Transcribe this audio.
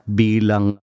bilang